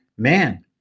man